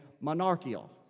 monarchical